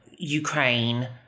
ukraine